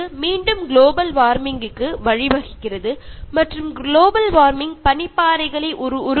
ഇത് ആഗോളതാപനത്തിന് അഥവാ ഗ്ലോബൽ വാമിംഗിന് കാരണമാകുന്നു